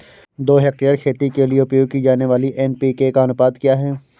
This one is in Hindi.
दो हेक्टेयर खेती के लिए उपयोग की जाने वाली एन.पी.के का अनुपात क्या है?